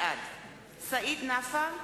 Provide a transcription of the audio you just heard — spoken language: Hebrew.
בעד סעיד נפאע,